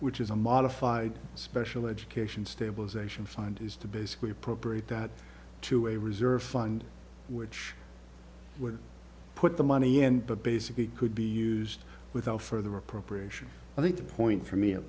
which is a modified special education stabilization fund is to basically appropriate that to a reserve fund which would put the money and but basically it could be used without further appropriation i think the point for me at